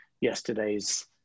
yesterday's